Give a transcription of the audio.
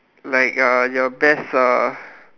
like uh your best uh